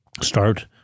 start